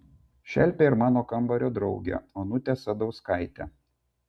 šelpė ir mano kambario draugę onutę sadauskaitę